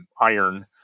iron